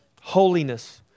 Holiness